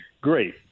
great